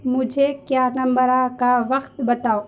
مجھے کیبنبرا کا وقت بتاؤ